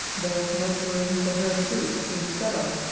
there was not room for her too, in the cellar,